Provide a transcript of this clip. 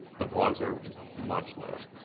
the vlogs are much lower.